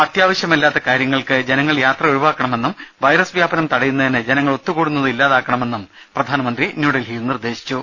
അത്യാവശ്യമല്ലാത്ത കാര്യങ്ങൾക്ക് ജനങ്ങൾ യാത്ര ഒഴിവാക്കണമെന്നും വൈറസ് വ്യാപനം തടയുന്നതിന് ജനങ്ങൾ ഒത്തുകൂടുന്നത് ഇല്ലാതാക്കണമെന്നും പ്രധാനമന്ത്രി നിർദ്ദേശിച്ചു